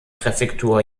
präfektur